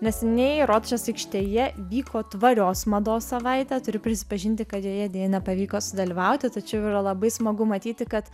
neseniai rotušės aikštėje vyko tvarios mados savaitė turiu prisipažinti kad joje deja nepavyko sudalyvauti tačiau yra labai smagu matyti kad